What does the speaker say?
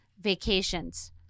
vacations